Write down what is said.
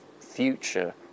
future